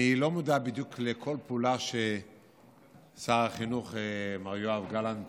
אני לא מודע בדיוק לכל פעולה ששר החינוך מר יואב גלנט